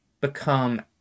become